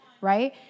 right